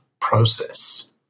process